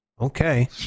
okay